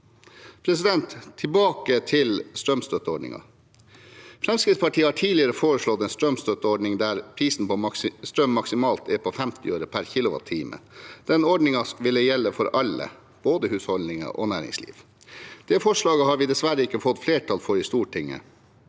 en sjanse? Tilbake til strømstøtteordningen: Fremskrittspartiet har tidligere foreslått en strømstøtteordning der prisen på strøm maksimalt er på 50 øre per kilowattime. Den ordningen ville gjelde for alle, både husholdninger og næringsliv. Det forslaget har vi dessverre ikke fått flertall for i Stortinget,